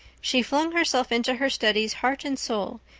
she flung herself into her studies heart and soul,